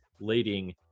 leading